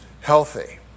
healthy